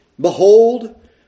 Behold